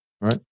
Right